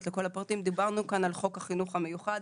דיברנו על חוק החינוך המיוחד